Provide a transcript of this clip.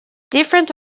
different